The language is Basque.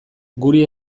guri